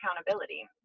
accountability